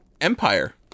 empire